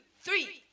three